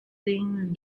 thin